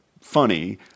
funny